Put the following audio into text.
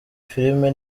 filimi